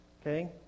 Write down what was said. Okay